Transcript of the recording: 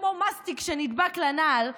כמו מסטיק שנדבק לנעל,